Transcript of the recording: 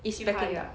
is peking